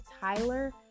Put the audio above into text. Tyler